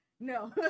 No